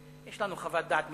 שיש לנו חוות דעת משפטית,